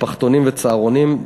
משפחתונים וצהרונים.